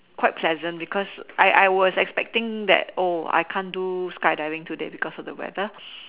quite pleasant because I I was expecting that oh I can't do skydiving today because of the weather